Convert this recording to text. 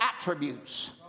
attributes